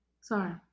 Sorry